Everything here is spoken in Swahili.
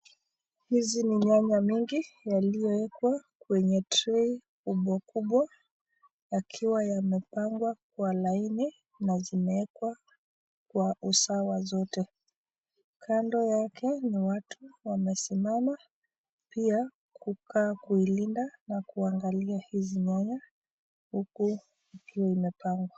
Hizi ni nyanya mingi yaliyowekwa kwenye trei kubwa kubwa yakiwa yamepangwa kwa laini na zimewekwa kwa usawa zote, kando yake ni watu wamesimama, pia kukaa kuilinda na kuangalia hizi nyanya huku zikiwa zimepangwa.